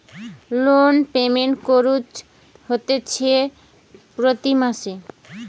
loan payment কুরঢ হতিছে প্রতি মাসে